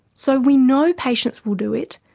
so we know patients will do it,